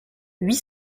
huit